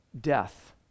death